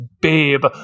babe